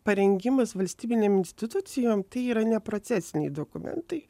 parengimas valstybinėm institucijom tai yra ne procesiniai dokumentai